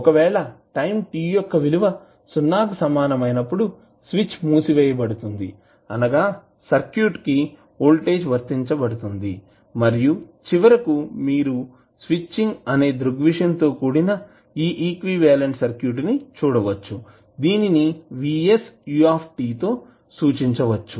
ఒకవేళ time t యొక్క విలువ 0 కు సమానమైనప్పుడు స్విచ్ మూసివేయబడుతుంది అనగా సర్క్యూట్కు వోల్టేజ్ వర్తించబడుతుంది మరియు చివరకు మీరు స్విచ్చింగ్ అనే దృగ్విషయం తో కూడిన ఈక్వివాలంట్ సర్క్యూట్ను చూడవచ్చు దీనిని Vsu తో సూచించవచ్చు